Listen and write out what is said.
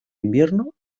invierno